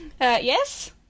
Yes